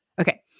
Okay